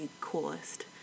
coolest